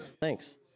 Thanks